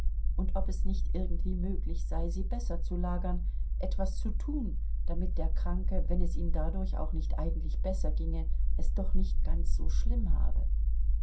und ob es nicht irgendwie möglich sei sie besser zu lagern etwas zu tun damit der kranke wenn es ihm dadurch auch nicht eigentlich besser ginge es doch nicht ganz so schlimm habe